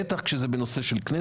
בטח כשזה בנושא של כנסת.